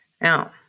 Now